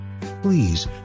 Please